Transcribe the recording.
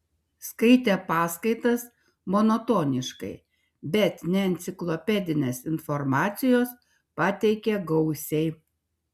skaitė paskaitas monotoniškai bet neenciklopedinės informacijos pateikė gausiai